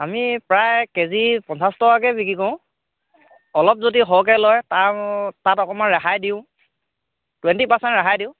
আমি প্ৰায় K G পঞ্চাছ টকাকৈ বিক্ৰী কৰোঁ অলপ যদি সৰহকৈ লয় তা তাত অকণমান ৰেহাই দিওঁ টুয়েণ্টি পাৰ্চেণ্ট ৰেহাই দিওঁ